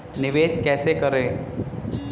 निवेश कैसे करें?